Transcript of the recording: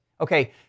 Okay